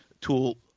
tool